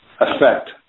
effect